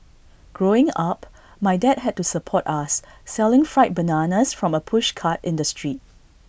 growing up my dad had to support us selling fried bananas from A pushcart in the street